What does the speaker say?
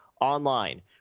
online